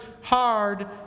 hard